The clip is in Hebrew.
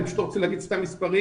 אני לא רוצה להגיד סתם מספר.